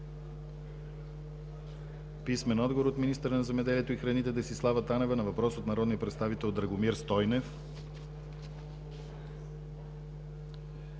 писмен отговор от министъра на земеделието и храните Десислава Танева на въпрос от народния представител Драгомир Стойнев;